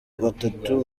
batatu